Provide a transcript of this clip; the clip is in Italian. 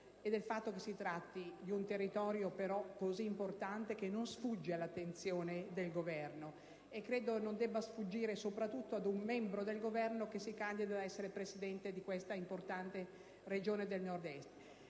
e del fatto che si tratti di un territorio così importante che non sfugge all'attenzione del Governo. Credo, però, che non debba sfuggire soprattutto ad un membro del Governo che si candida ad essere Presidente di questa importante Regione del Nord-Est.